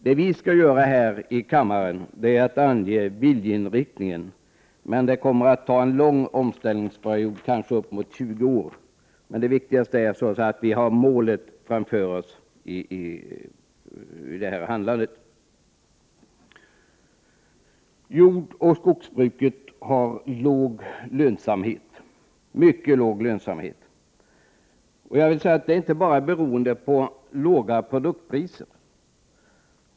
Det vi skall göra i kammaren är att ange viljeinriktningen. Genomförandet kommer att kräva en lång omställningsperiod, kanske uppemot 20 år. Men det viktigaste är således att vi i detta handlande har målet klart för oss. Jordoch skogsbruket har mycket låg lönsamhet. Det beror inte bara på låga produktpriser.